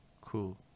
cool